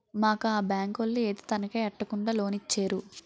మాకు ఆ బేంకోలు ఏదీ తనఖా ఎట్టుకోకుండా లోనిచ్చేరు